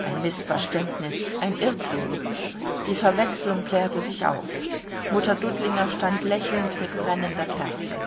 ein mißverständnis ein irrtum die verwechslung klärte sich auf mutter dudlinger stand lächelnd mit brennender kerze